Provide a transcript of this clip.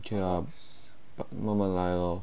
play lor 慢慢来 lor